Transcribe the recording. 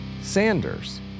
Sanders